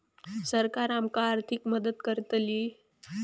सरकार आमका आर्थिक मदत करतली?